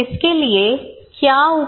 इसके लिए क्या उपाय है